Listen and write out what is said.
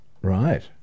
Right